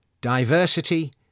diversity